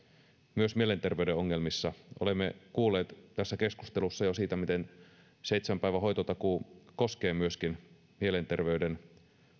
myös mielenterveyden ongelmissa olemme kuulleet tässä keskustelussa jo siitä miten seitsemän päivän hoitotakuu koskee myöskin mielenterveyden